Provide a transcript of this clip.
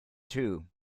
two